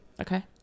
okay